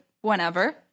whenever